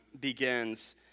begins